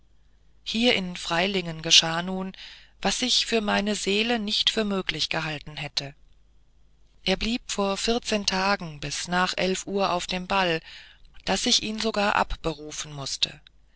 hier in freilingen geschah nun was ich für meine seele nicht für möglich gehalten hätte er blieb vor vierzehn tagen bis nach elf uhr auf dem ball daß ich ihn sogar abrufen mußte